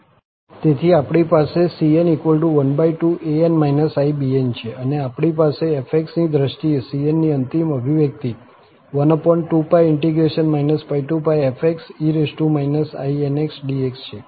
તેથી આપણી પાસે cn12an ibn છે અને આપણી પાસે f ની દ્રષ્ટિએ cn ની અંતિમ અભિવ્યક્તિ 12∫ fe inxdx છે